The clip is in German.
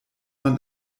man